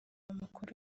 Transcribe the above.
amakuru